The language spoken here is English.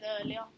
earlier